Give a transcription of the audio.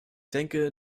denke